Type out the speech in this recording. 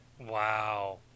Wow